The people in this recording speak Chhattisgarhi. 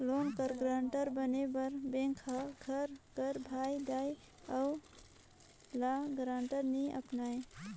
लोन कर गारंटर बने बर बेंक हर घर कर भाई, दाई, दाऊ, ल गारंटर नी अपनाए